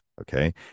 okay